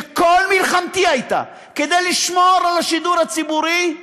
שכל מלחמתי הייתה כדי לשמור על השידור הציבורי,